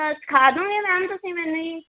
ਸਿੱਖਾ ਦਿਉਂਗੇ ਮੈਮ ਤੁਸੀਂ ਮੈਨੂੰ ਜੀ